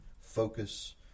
focus